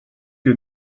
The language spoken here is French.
que